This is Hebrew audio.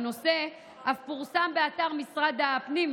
אף פורסם באתר משרד הפנים.